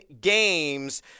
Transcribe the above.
games